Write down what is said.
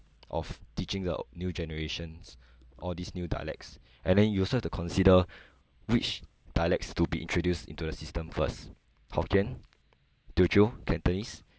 of teaching the new generations all these new dialects and then you also have to consider which dialects to be introduced into the system first hokkien teochew cantonese